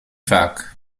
vaak